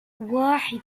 واحد